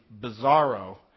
bizarro